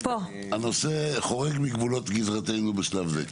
--- הנושא חורג מגבולות גזרתנו בשלב זה.